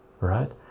right